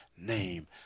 name